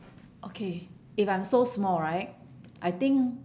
okay if I'm so small right I think